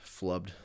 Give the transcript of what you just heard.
flubbed